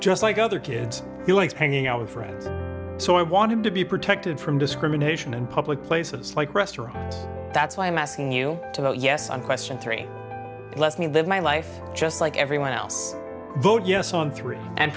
just like other kids do expanding out with friends so i want to be protected from discrimination in public places like restaurants that's why i'm asking you to vote yes on question three let me live my life just like everyone else vote yes on three and